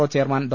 O chairman Dr